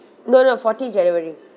no no fourteen january